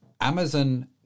Amazon